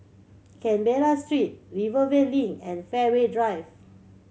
Canberra Street Rivervale Link and Fairway Drive